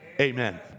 Amen